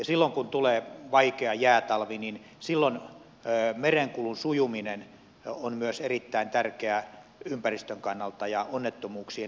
silloin kun tulee vaikea jäätalvi merenkulun sujuminen on myös erittäin tärkeää ympäristön ja onnettomuuksien ehkäisyn kannalta